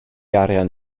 arian